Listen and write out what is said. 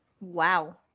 Wow